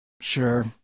Sure